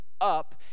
up